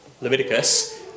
Leviticus